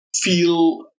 feel